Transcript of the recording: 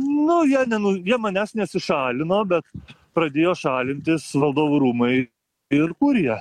nu jie nenu jie manęs nesišalino bet pradėjo šalintis valdovų rūmai ir kurija